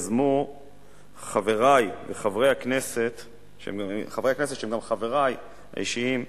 יזמו חברי חברי הכנסת שהם גם חברי האישיים,